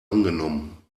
angenommen